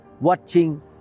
watching